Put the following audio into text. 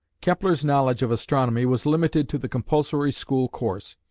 kepler's knowledge of astronomy was limited to the compulsory school course,